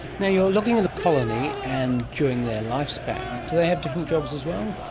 yeah you're looking at the colony, and during their lifespan do they have different jobs as well?